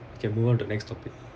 can move on to the next topic